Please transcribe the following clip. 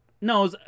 No